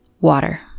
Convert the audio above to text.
Water